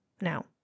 now